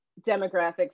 demographics